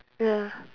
ya